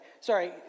Sorry